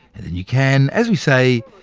and then you can, as we say,